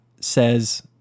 says